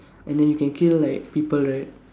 and then you can kill like people right